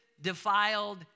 defiled